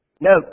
No